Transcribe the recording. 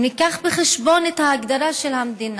אם נביא בחשבון את ההגדרה של המדינה